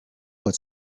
but